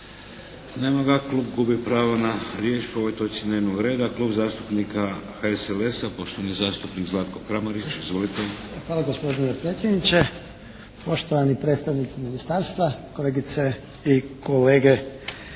Nema ga. Klub gubi pravo na riječ po ovoj točci dnevnog reda. Klub zastupnika HSLS-a poštovani zastupnik Zlatko Kramarić. Izvolite! **Kramarić, Zlatko (HSLS)** Hvala gospodine predsjedniče, poštovani predstavnici ministarstva, kolegice i kolege.